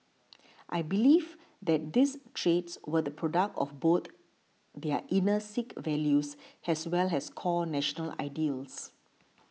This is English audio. I believe that these traits were the product of both their inner Sikh values as well as core national ideals